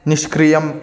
निष्क्रियम्